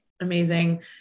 Amazing